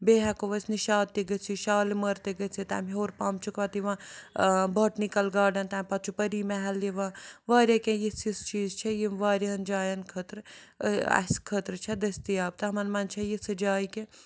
بیٚیہِ ہٮ۪کو أسۍ نِشاط تہِ گٔژھِتھ شالمٲر تہِ گٔژھِتھ تَمہِ ہیوٚر پَہَم چھُکھ پَتہٕ یِوان باٹنِکَل گاڈَن تَمہِ پَتہٕ چھُ پٔری محل یِوان واریاہ کیٚنٛہہ یِژھ یِژھ چیٖز چھےٚ یِم واریاہَن جایَن خٲطرٕ اَسہِ خٲطرٕ چھےٚ دٔستِیاب تِمَن منٛز چھےٚ یِژھٕ جایہِ کہِ